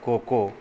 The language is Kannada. ಖೋ ಖೋ